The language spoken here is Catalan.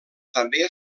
també